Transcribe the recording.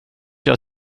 jag